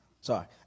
Sorry